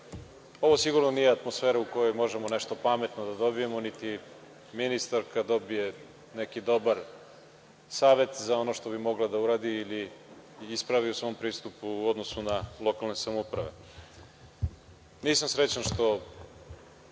sigurno nije atmosfera u kojoj možemo nešto pametno da dobijemo, niti ministarka da dobije neki dobar savet za ono što bi mogla da uradi ili ispravi u svom pristupu u odnosu na lokalne samouprave. Nisam